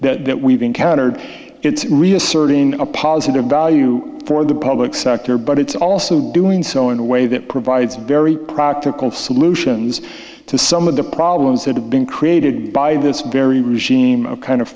that we've encountered it's reasserting a positive value for the public sector but it's also doing so in a way that provides very practical solutions to some of the problems that have been created by this very regime kind of